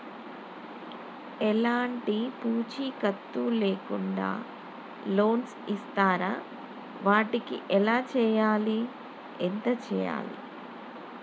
ఎలాంటి పూచీకత్తు లేకుండా లోన్స్ ఇస్తారా వాటికి ఎలా చేయాలి ఎంత చేయాలి?